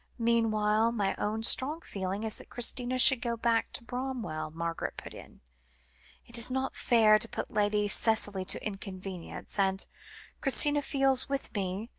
meanwhile, my own strong feeling is that christina should go back to bramwell, margaret put in it is not fair to put lady cicely to inconvenience, and christina feels, with me,